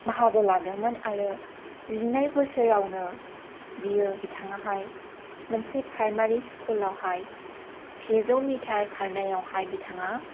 बाहागो लादोंमोन आरो जिनै बोसोरावनो बियो बिथाङाहाय मोनसे प्रायमारि स्कुलावहाय सेजौ मिटार खारनायावहाय बिथाङा